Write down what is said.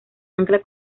ancla